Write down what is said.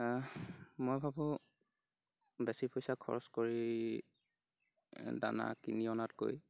মই ভাবোঁ বেছি পইচা খৰচ কৰি দানা কিনি অনাতকৈ